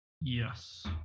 Yes